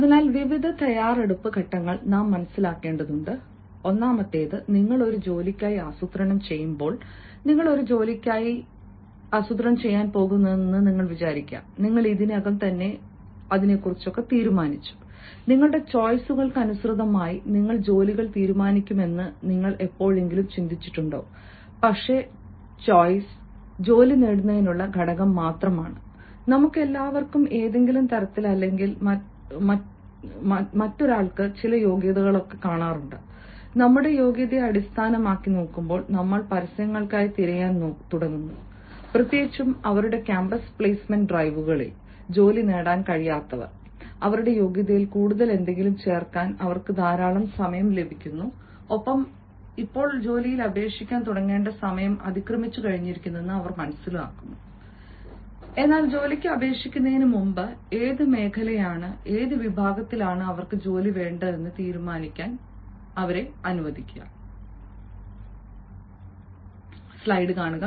അതിനാൽ വിവിധ തയ്യാറെടുപ്പ് ഘട്ടങ്ങൾ നാം മനസ്സിലാക്കേണ്ടതുണ്ട് ഒന്നാമത്തേത് നിങ്ങൾ ഒരു ജോലിക്കായി ആസൂത്രണം ചെയ്യുമ്പോൾ നിങ്ങൾ ഒരു ജോലിക്കായി ആസൂത്രണം ചെയ്യാൻ പോകുന്നുവെന്ന് നിങ്ങൾ ഇതിനകം തന്നെ തീരുമാനിച്ചു നിങ്ങളുടെ ചോയിസുകൾക്കനുസൃതമായി നിങ്ങൾ ജോലികൾ തീരുമാനിക്കുമെന്ന് നിങ്ങൾ എപ്പോഴെങ്കിലും ചിന്തിച്ചിട്ടുണ്ടോ പക്ഷേ ചോയ്സ് ജോലി നേടുന്നതിനുള്ള ഘടകം മാത്രമാണ് നമുക്കെല്ലാവർക്കും ഏതെങ്കിലും തരത്തിൽ അല്ലെങ്കിൽ മറ്റൊരാൾക്ക് ചില യോഗ്യതകളുണ്ട് നമ്മുടെ യോഗ്യതയെ അടിസ്ഥാനമാക്കി നമ്മൾ പരസ്യങ്ങൾക്കായി തിരയാൻ തുടങ്ങുന്നു പ്രത്യേകിച്ചും അവരുടെ ക്യാമ്പസ് പ്ലേസ്മെന്റ് ഡ്രൈവുകളിൽ ജോലി നേടാൻ കഴിയാത്തവർ അവരുടെ യോഗ്യതയിൽ കൂടുതൽ എന്തെങ്കിലും ചേർക്കാൻ അവർക്ക് ധാരാളം സമയം ലഭിച്ചു ഒപ്പം ഇപ്പോൾ അവർ ജോലികൾക്ക് അപേക്ഷിക്കാൻ തുടങ്ങേണ്ട സമയം അതിക്രമിച്ചിരിക്കുന്നു എന്നാൽ ജോലികൾക്ക് അപേക്ഷിക്കുന്നതിന് മുമ്പ് ഏത് മേഖലയിലാണ് ഏത് വിഭാഗത്തിലാണ് അവർക്ക് ജോലി വേണ്ടതെന്ന് തീരുമാനിക്കാൻ അവരെ അനുവദിക്കുക